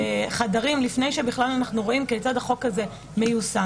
החדרים לפני שבכלל אנחנו רואים כיצד החוק הזה מיושם,